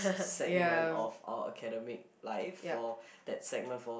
segment of our academic life or that segment for